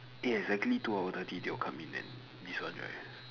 eh exactly two hour thirty they will come in and this one right